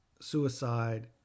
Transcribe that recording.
suicide